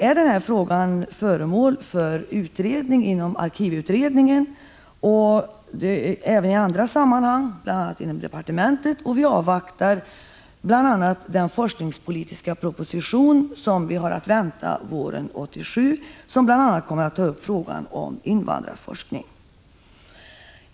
Frågan är föremål för utredning inom arkivutredningen och även på annat håll, bl.a. inom departementet. Vi avvaktar t.ex. den forskningspolitiska proposition som är aviserad till våren 1987. Där kommer bl.a. frågor om invandrarforskning att tas upp.